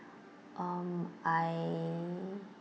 um I